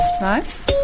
nice